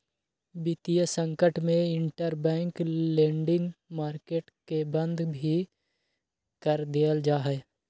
वितीय संकट में इंटरबैंक लेंडिंग मार्केट के बंद भी कर देयल जा हई